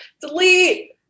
delete